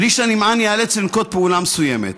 בלי שהנמען ייאלץ לנקוט פעולה מסוימת.